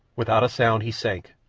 without a sound he sank,